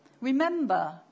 Remember